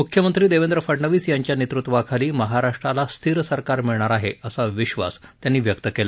मुख्यमंत्री देवेंद्र फडनवीस यांच्या नेतृत्वाखाली महाराष्ट्राला स्थिर सरकार मिळणार आहे असा विश्वास त्यांनी व्यक्त केला